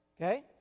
okay